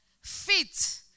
Feet